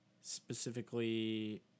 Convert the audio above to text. specifically